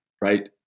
right